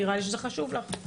נראה לי שזה חשוב לך.